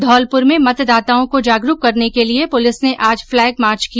धौलपुर में मतदाताओं को जागरूक करने के लिये पुलिस ने आज पलैग मार्च किया